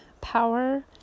power